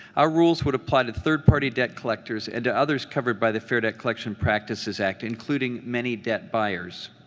our rules would apply to third-party debt collectors and to others covered by the fair debt collection practices act, including many debt buyers.